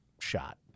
shot